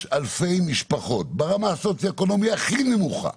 יש אלפי משפחות, ברמה הסוציו אקונומית הכי נמוכה,